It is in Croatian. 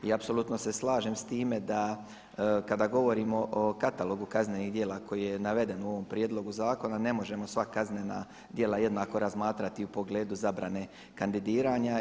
I apsolutno se slažem s time da kada govorimo o katalogu kaznenih djela koji je naveden u ovom prijedlogu zakona ne možemo sva kaznena djela jednako razmatrati u pogledu zabrane kandidiranja.